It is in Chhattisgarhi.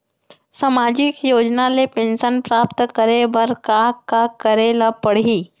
सामाजिक योजना ले पेंशन प्राप्त करे बर का का करे ल पड़ही?